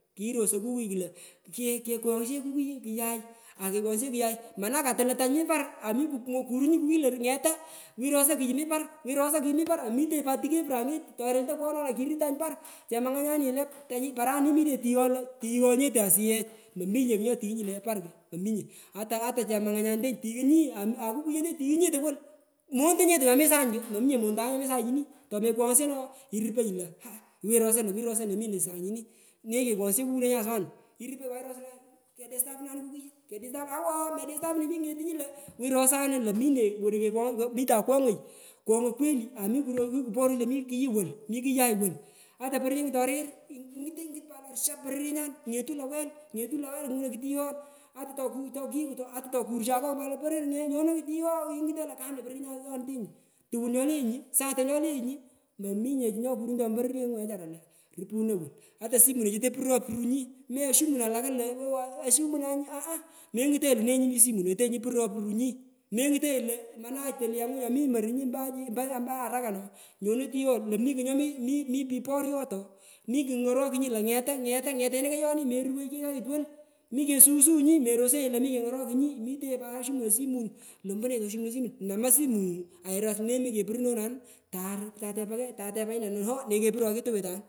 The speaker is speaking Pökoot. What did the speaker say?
Kirosoi kukui klo kekwoghsheo kukuyu kayai akekwoghsheo kuyai mana katulu tanyu par ami kuru kurungi lo ngeta wi rosa kuyu mi par mitenyi pat tuke puranyeti torel tokwogho nona kiru tany par chemangonyanini paranini minyi tighoitighoi nyete asiyeh imominye kugh nyotighunyi le par amominye ata chemanganya netenyu tighunyi ame akukunyete tighnyi tukul monta nyete nyomisang ko mominye montanga nyomi sany tomekwogsho no iruponyi lo haah iwenyi rosa w wi rosa lo mine sany ini kekwoghsho kukudinechu aswanu iruponyi pat irosangi lo kedistapunanu kukuyu ikedistapunanu awo medistapunu nying mi ngetungi lo wi rosanu lo mine wolu mitan kwoghoi kwaghoi kweli amiku mikuporanyi lo mi kuyu wolu kwoghoi kwaghoi kweli amiku mikuporanyi lo mi kuyu wolu mi kuyai wolu ata poroyengu torir mitenyi ngut pat lo shap pororyenyan ngetu ngetu lawei ngunoi katighon ata to tokurshan akonga lo wena poror nyomo tighon ingutony lo kamne pororyenyan tuwun nyolenyu satun choleeye chu mominye chi nyokuru tomopororyengu wechara lo rupune wolu ata simune chete puro purunyi meashumun walaka lo owo ashumunah nyu aha mengutonyinye lo nenyu mi simunete nyu puropurunyi mengutonyinye lo mana tulyengu nyomi morunyi ompo ompo araka no nyono tighon lo mikugh nyomi mi pich poriot ooh mi kungororkunyi lo ngeta ngeta nyetana koyoni meruwoi kighayit wolu mi kesughsughunyi merosenyinye sa to mikengongorokunyiiminyi oshumunoi simun nama sikungu airos io nenyu mi kepurunenanu tatepa kegh tatepa nyinte lo nenyu kopuruno simun katuwit ana.